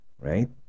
right